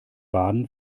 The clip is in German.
baden